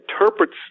interprets